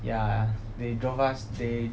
ya they drove us they